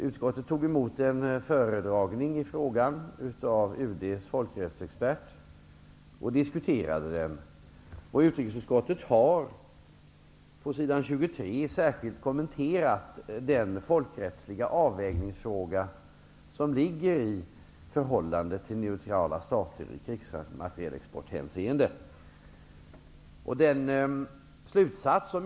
Utskottet har tagit emot en föredragning i frågan av UD:s folkrättsexpert och diskuterat den. På s. 23 i betänkandet kommenterar utrikesutskottet särskilt den folkrättsliga avvägningsfråga som ligger i detta med förhållandet till neutrala stater i krigsmaterielexporthänseende.